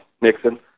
Nixon